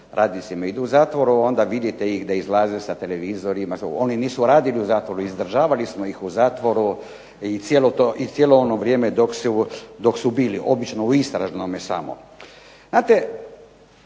razumije./... u zatvor. Onda vidite ih da izlaze sa televizorima. Oni nisu radili u zatvoru, izdržavali smo ih u zatvoru i cijelo ono vrijeme dok su bili, obično u istražnome samo.